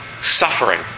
suffering